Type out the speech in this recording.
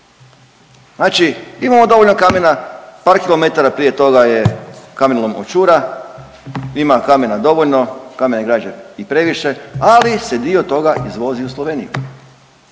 Znači imamo dovoljno kamena par kilometara prije toga je kamenolom Očura, ima kamena dovoljno kamen je građen i previše, ali se dio toga izvozi u Sloveniju.